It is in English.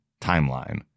timeline